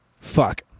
fuck